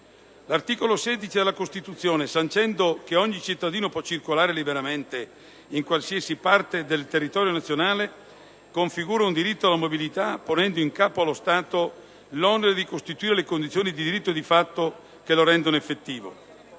L'articolo 16 della Costituzione sancendo che «Ogni cittadino può circolare (...) liberamente in qualsiasi parte del territorio nazionale (...)», configura un diritto alla mobilità, ponendo in capo allo Stato l'onere di costituire le condizioni di diritto e di fatto che lo rendano effettivo.